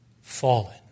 fallen